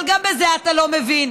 אבל גם בזה אתה לא מבין,